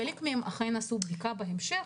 חלק מהם אכן עשו בדיקה בהמשך,